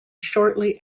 shortly